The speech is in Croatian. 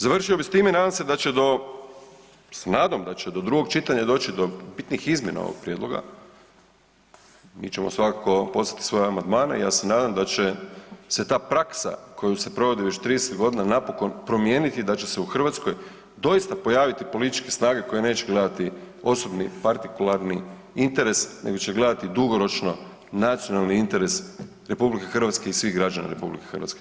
Završio bih s time i nadam se da će do, ja se nadam da će do drugog čitanja doći do bitnih izmjena ovog prijedloga, mi ćemo svakako poslati svoje amandmane i ja se nadam da će se ta praksa koju provodi već 30 godina napokon promijeniti i da će se u Hrvatskoj doista pojaviti političke snage koje neće gledati osobni partikularni interes, nego će gledati dugoročno nacionalni interes RH i svih građana RH.